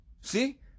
see